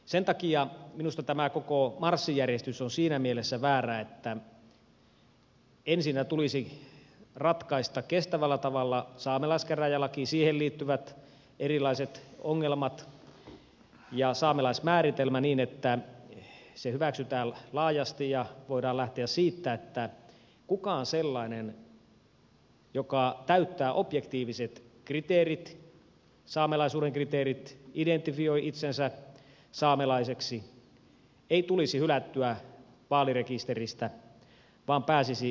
sen takia minusta tämä koko marssijärjestys on siinä mielessä väärä että ensinnä tulisi ratkaista kestävällä tavalla saamelaiskäräjälaki siihen liittyvät erilaiset ongelmat ja saamelaismääritelmä niin että se hyväksytään laajasti ja voidaan lähteä siitä että kukaan sellainen joka täyttää objektiiviset kriteerit saamelaisuuden kriteerit identifioi itsensä saamelaiseksi ei tulisi hylättyä vaalirekisteristä vaan pääsisi siihen mukaan